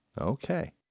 Okay